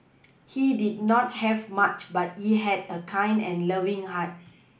he did not have much but he had a kind and loving heart